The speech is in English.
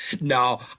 No